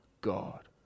God